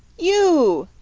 you!